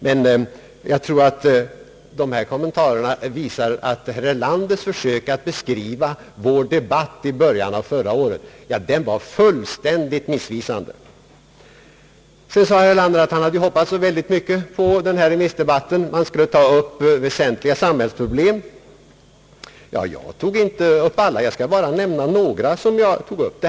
Men jag tror att dessa kommentarer visar att herr Erlanders försök att karaktärisera vår debatt i början av förra året var fullständigt missvisande. Vidare sade herr Erlander att han hade hoppats så mycket på den här remissdebatten och att man skulle ta upp väsentliga samhällsproblem. Jag tog visserligen inte upp alla, men jag skall nämna några som jag berörde.